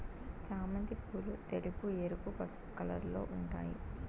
చామంతి పూలు తెలుపు, ఎరుపు, పసుపు కలర్లలో ఉంటాయి